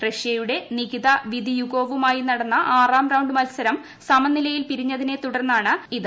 റഷ്യയുടെ നികിത വിദിയുഗോവുമായി നടന്ന ആറാം റന്റ് മത്സരം സമനിലയിൽ പിരിഞ്ഞതിനെ തുടർന്നാണിത്